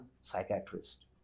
psychiatrist